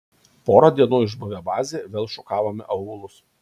porą dienų išbuvę bazėje vėl šukavome aūlus